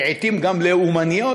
ולעתים גם לאומניות,